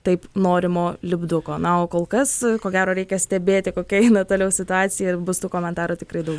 taip norimo lipduko na o kol kas ko gero reikia stebėti kokia eina toliau situacija ir bus tų komentarų tikrai daug